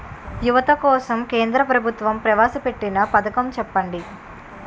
యువత కోసం కేంద్ర ప్రభుత్వం ప్రవేశ పెట్టిన పథకం చెప్పండి?